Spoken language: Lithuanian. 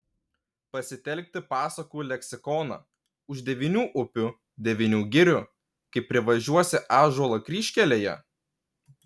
pasitelkti pasakų leksikoną už devynių upių devynių girių kai privažiuosi ąžuolą kryžkelėje